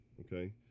Okay